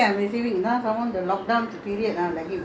they work ah some people working until ten eleven you know